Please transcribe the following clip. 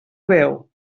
veu